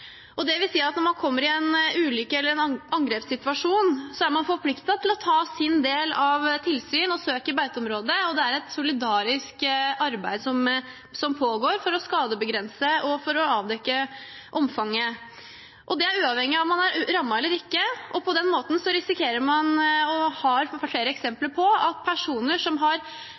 at når man kommer i en ulykke eller i en angrepssituasjon, er man forpliktet til å ta sin del av tilsyn og søk i beiteområdet. Det er et solidarisk arbeid som pågår for å begrense skadene og avdekke omfanget, uavhengig av om man er rammet eller ikke. På den måten risikerer man – det har man flere eksempler på – at personer